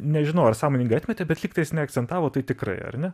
nežinau ar sąmoningai atmetė bet lygtais neakcentavo tai tikrai ar ne